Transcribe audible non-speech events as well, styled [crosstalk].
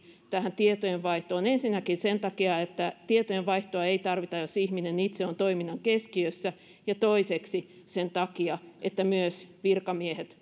tähän tietojenvaihtoon pidättyväisesti ensinnäkin sen takia että tietojenvaihtoa ei tarvita jos ihminen itse on toiminnan keskiössä ja toiseksi sen takia että myös virkamiehet [unintelligible]